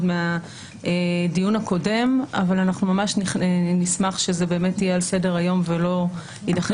אבל אנחנו נשמח שזה יהיה על סדר היום ולא יידחק הצידה.